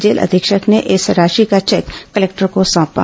jail अधीक्षक ने इस राशि का चेक कलेक्टर को सौंपा